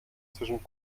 zwischen